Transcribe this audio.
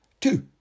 Two